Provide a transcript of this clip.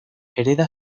hereda